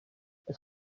ich